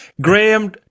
Graham